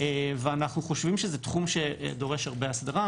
אנחנו חושבים שזה תחום שדורש הרבה הסדרה.